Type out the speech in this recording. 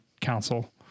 Council